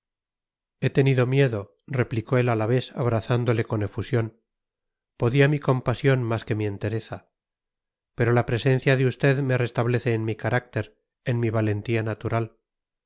he tenido miedo replicó el alavés abrazándole con efusión podía mi compasión más que mi entereza pero la presencia de usted me restablece en mi carácter en mi valentía natural